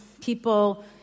people